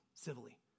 civilly